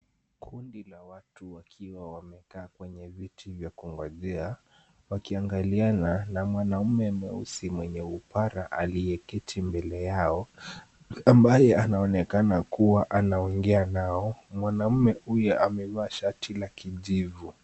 Kundi la watu wakiwa wamekaa kwenye viti vya kunojea, wakiangaliana na mwanaume mweusi mwenye upara alieketi mbele yao, ambaye anaonekana kuwa anaongea nao. Mwanaume huyo amevaa shati la kijivu.